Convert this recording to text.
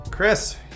Chris